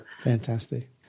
Fantastic